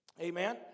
Amen